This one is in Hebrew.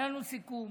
היה לנו סיכום